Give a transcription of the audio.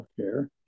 healthcare